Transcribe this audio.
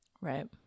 Right